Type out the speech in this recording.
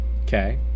Okay